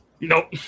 Nope